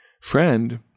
Friend